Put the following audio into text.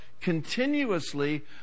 continuously